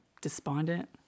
despondent